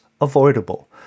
avoidable